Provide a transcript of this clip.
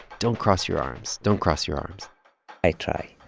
don't cross your arms. don't cross your arms i try.